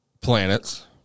planets